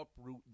uproot